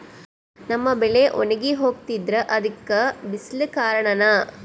ನಮ್ಮ ಬೆಳೆ ಒಣಗಿ ಹೋಗ್ತಿದ್ರ ಅದ್ಕೆ ಬಿಸಿಲೆ ಕಾರಣನ?